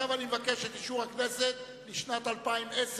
עכשיו, אני מבקש את אישור הכנסת לשנת 2010,